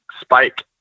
spike